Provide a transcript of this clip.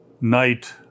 night